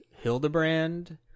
Hildebrand